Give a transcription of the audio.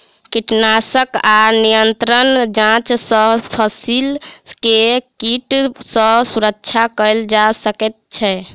कीटनाशक आ निरंतर जांच सॅ फसिल के कीट सॅ सुरक्षा कयल जा सकै छै